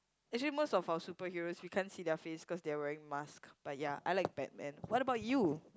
actually most of our superheroes we can't see their face cause they are wearing mask but ya I like Batman what about you